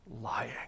lying